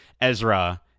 Ezra